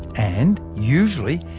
and usually,